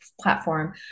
platform